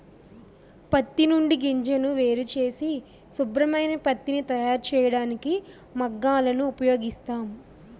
పత్తి నుండి గింజను వేరుచేసి శుభ్రమైన పత్తిని తయారుచేయడానికి మగ్గాలను ఉపయోగిస్తాం